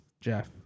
Jeff